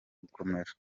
gukomera